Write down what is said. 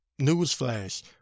Newsflash